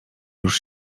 już